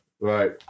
Right